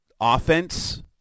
offense